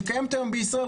שקיימת היום בישראל,